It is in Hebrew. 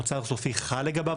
מוצר סופי, חל לגביו.